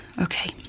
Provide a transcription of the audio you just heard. Okay